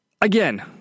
again